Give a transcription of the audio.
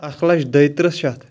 اَکھ لَچھ دۄیہِ ترٕٛہ شَتھ